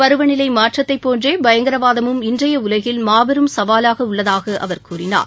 பருவநிலை மாற்றத்தை போன்றே பயங்கரவாதமும் இன்றைய உலகில் மாபெரும் சவாலாக உள்ளதாக அவர் கூறினார்